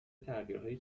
تغییرهایی